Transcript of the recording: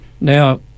Now